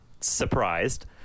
surprised